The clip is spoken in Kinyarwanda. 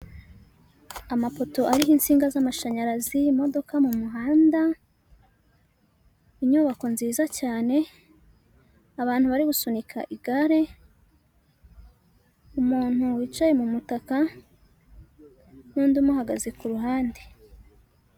Amapoto ariho insinga z'amashanyarazi, imodoka mu muhanda, inyubako nziza cyane, abantu bari gusunika igare, umuntu wicaye mu mutaka n'undi umuhagaze ku ruhande.